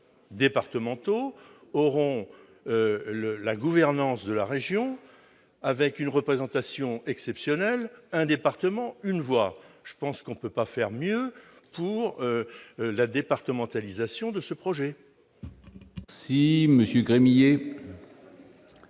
départementaux participeront à la gouvernance de la région, avec une représentation exceptionnelle : un département, une voix. Je pense que l'on ne peut pas faire mieux pour la départementalisation de ce projet. La parole